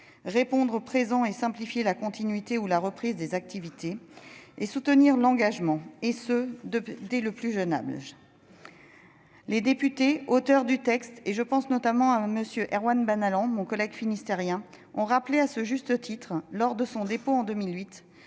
répondre présent et simplifier la continuité ou la reprise des activités ; soutenir l'engagement, et ce dès le plus jeune âge. Les députés auteurs du texte- je pense notamment à M. Erwan Balanant, mon collègue finistérien -ont rappelé à juste titre, lors de son dépôt en 2018,